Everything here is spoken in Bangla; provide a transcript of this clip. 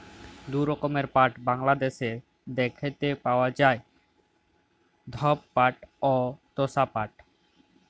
দু রকমের পাট বাংলাদ্যাশে দ্যাইখতে পাউয়া যায়, ধব পাট অ তসা পাট